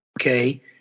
Okay